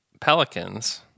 Pelicans